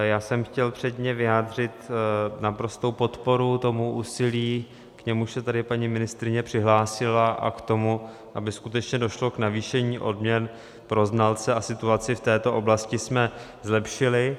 Já jsem chtěl předně vyjádřit naprostou podporu tomu úsilí, k němuž se tady paní ministryně přihlásila, a k tomu, aby skutečně došlo k navýšení odměn pro znalce a situaci v této oblasti jsme zlepšili.